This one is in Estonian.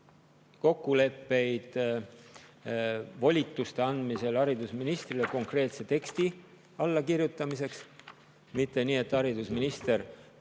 kokkuleppeid volituste andmiseks haridusministrile konkreetse teksti allakirjutamiseks. Mitte nii, et haridusminister